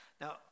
Now